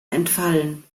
entfallen